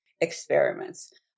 experiments